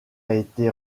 été